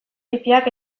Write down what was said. pipiak